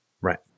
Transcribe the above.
Right